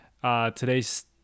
Today's